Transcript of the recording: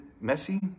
messy